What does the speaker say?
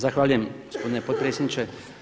Zahvaljujem gospodine potpredsjedniče.